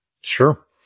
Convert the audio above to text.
Sure